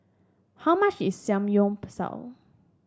how much is Samgyeopsal